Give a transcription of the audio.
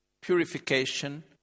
purification